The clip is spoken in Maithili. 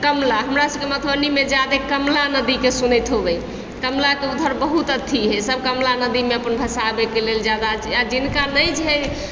कमला हमरा सबके मधुबनीमे जादे कमला नदीके सुनैत होबय कमलाके उधर बहुत अथी हइ सब कमला नदीमे अपन भसाबयके लेल जादा आओर जिनका नहि छै